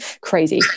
Crazy